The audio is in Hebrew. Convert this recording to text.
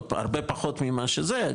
הרבה פחות ממה שזה,